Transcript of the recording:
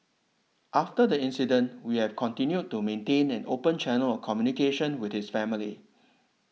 after the incident we have continued to maintain an open channel of communication with his family